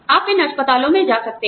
आप इन अस्पतालों में जा सकते हैं